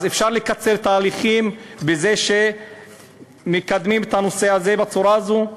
אז אפשר לקצר תהליכים בזה שמקדמים את הנושא הזה בצורה הזו.